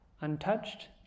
untouched